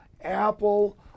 Apple